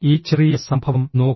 ഈ ചെറിയ സംഭവം നോക്കൂ